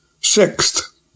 Sixth